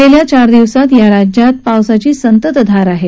गेल्या चार दिवसात या राज्यात पावसाची संततधार सुरु आहे